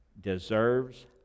deserves